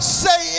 say